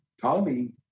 Tommy